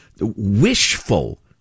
wishful